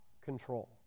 control